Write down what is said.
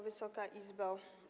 Wysoka Izbo!